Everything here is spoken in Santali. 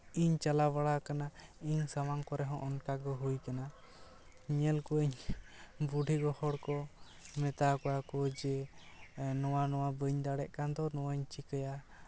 ᱤᱧ ᱪᱟᱞᱟᱣ ᱵᱟᱲᱟ ᱠᱟᱱᱟ ᱤᱧ ᱥᱟᱢᱟᱝ ᱠᱚᱨᱮ ᱦᱚᱸ ᱚᱱᱠᱟ ᱜᱮ ᱦᱩᱭ ᱠᱟᱱᱟ ᱧᱮ ᱠᱚᱣᱟᱧ ᱵᱩᱰᱤᱜᱚ ᱦᱚᱲ ᱠᱚ ᱢᱮᱛᱟ ᱠᱚᱣᱟ ᱠᱚ ᱡᱮ ᱱᱚᱣᱟ ᱱᱚᱣᱟ ᱵᱟᱹᱧ ᱫᱟᱲᱮᱭᱟᱜ ᱠᱟᱱ ᱫᱚ ᱱᱚᱣᱟᱧ ᱪᱤᱠᱟᱹᱭᱟ